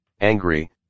Angry